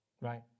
right